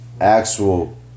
actual